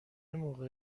موقع